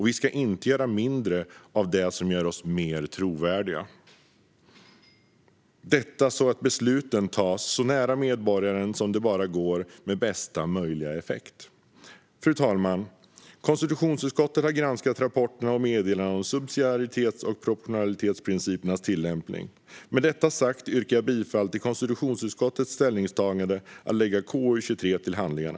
Vi ska inte göra mindre av det som gör oss mer trovärdiga och som gör att besluten tas så nära medborgaren som det bara går med bästa möjliga effekt. Fru talman! Konstitutionsutskottet har granskat rapporter och meddelande om subsidiaritets och proportionalitetsprincipernas tillämpning. Med detta sagt yrkar jag bifall till konstitutionsutskottets ställningstagande att lägga KU23 till handlingarna.